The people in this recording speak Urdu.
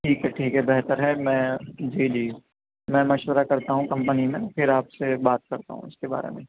ٹھیک ہے ٹھیک ہے بہتر ہے میں جی جی میں مشورہ کرتا ہوں کمپنی میں پھر آپ سے بات کرتا ہوں اس کے بارے میں